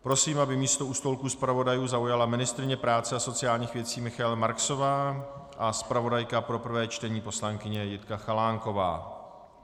Prosím, aby místo u stolku zpravodajů zaujala ministryně práce a sociálních věcí Michaela Marksová a zpravodajka pro prvé čtení poslankyně Jitka Chalánková.